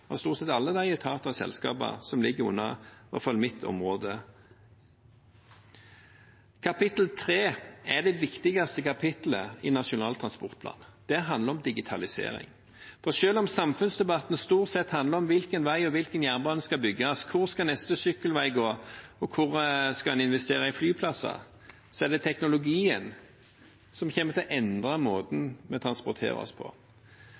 av stort sett alle de etater og selskaper som ligger under i hvert fall mitt område. Kapittel 3 er det viktigste kapitlet i Nasjonal transportplan. Det handler om digitalisering. For selv om samfunnsdebatten stort sett handler om hvilken vei og hvilken jernbane som skal bygges, hvor neste sykkelvei skal gå, og hvor en skal investere i flyplasser, er det teknologien som kommer til å endre måten vi transporterer oss på,